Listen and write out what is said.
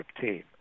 team